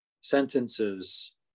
sentences